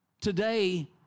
today